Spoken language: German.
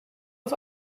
auf